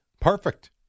Perfect